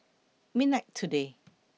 midnight today